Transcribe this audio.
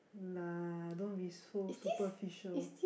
nah don't be so superficial